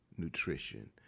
nutrition